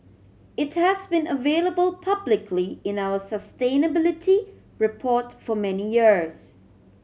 it has been available publicly in our sustainability report for many years